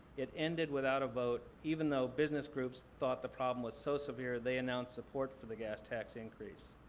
it ended without a vote, even though business groups thought the problem was so severe, they announced support for the gas tax increase.